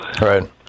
right